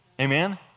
Amen